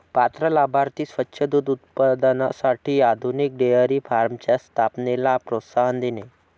पात्र लाभार्थी स्वच्छ दूध उत्पादनासाठी आधुनिक डेअरी फार्मच्या स्थापनेला प्रोत्साहन देणे